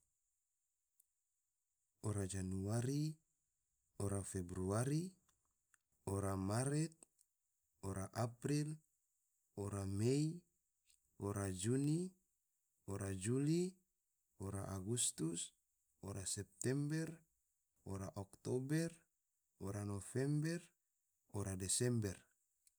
Ora januari, ora februari, ora maret, ora april, ora mei, ora juni, ora juli, ora agustus, ora september, ora oktober, ora november, ora desember